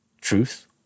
Truth